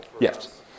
Yes